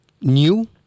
new